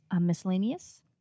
Miscellaneous